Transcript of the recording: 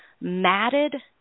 matted